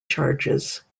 charges